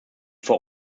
vor